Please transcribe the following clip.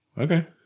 Okay